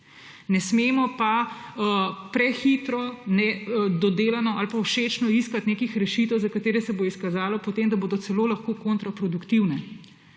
Ne smemo pa prehitro nedodelano ali pa všečno iskati nekih rešitev, za katere se bo izkazalo potem, da bodo celo lahko kontraproduktivne.